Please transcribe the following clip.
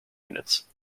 units